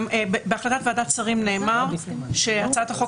בהחלטת ועדת השרים נאמר שהצעת החוק